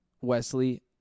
Wesley